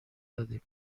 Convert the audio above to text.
دادیم